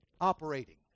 operating